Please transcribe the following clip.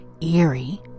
eerie